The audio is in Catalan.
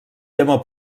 tema